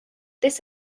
this